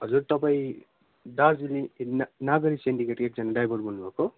हजुर तपाईँ दार्जिलिङ नागरी सिन्डिकेटको एकजना ड्राइभर बोल्नुभएको